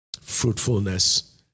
fruitfulness